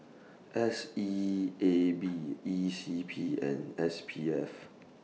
S E A B E C P and S P F